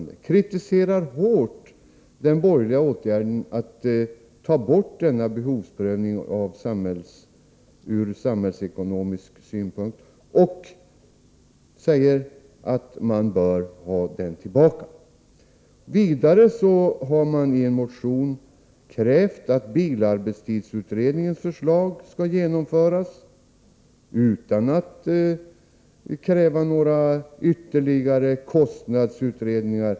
Man kritiserar hårt den borgerliga åtgärden att ta bort denna behovsprövning ur samhällsekonomisk synpunkt, och man säger att man vill ha tillbaka den. Vidare kräver socialdemokraterna i en motion att bilarbetstidsutredningens förslag skall genomföras utan krav på några ytterligare kostnadsutredningar.